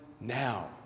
now